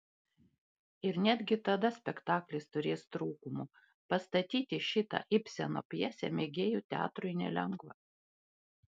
ir netgi tada spektaklis turės trūkumų pastatyti šitą ibseno pjesę mėgėjų teatrui nelengva